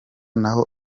naho